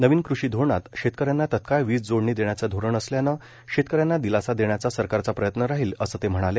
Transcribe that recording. नवीन कृषी धोरणात शेतकऱ्यांना तात्काळ वीज जोडणी देण्याचं धोरण असल्यानं शेतकऱ्यांना दिलासा देण्याचा सरकारचा प्रयत्न राहील असं ते म्हणाले